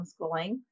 homeschooling